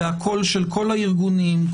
והקול של כל הארגונים,